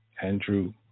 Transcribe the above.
Andrew